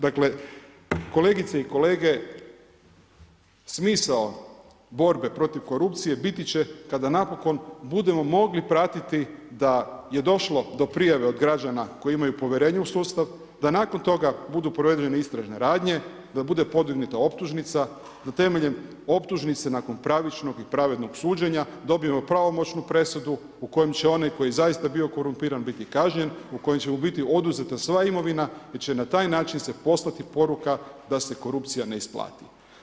Dakle, kolegice i kolege, smisao borbe protiv korupcije biti će kada napokon budemo mogli pratiti da je došlo do prijave od građana koji imaju povjerenja u sustav, da nakon toga budu provedene istražne radnje, da bude podignuta optužnica, da temeljem optužnice nakon pravičnog i pravednog suđenja dobijemo pravomoćnu presudu u kojem će onaj koji je zaista bio korumpiran biti kažnjen, u kojem će mu biti oduzeta sva imovina i će na taj način se poslati poruka da se korupcija ne isplati.